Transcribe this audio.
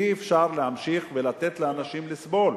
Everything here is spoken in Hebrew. אי-אפשר להמשיך ולתת לאנשים לסבול.